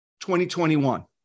2021